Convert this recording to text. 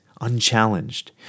unchallenged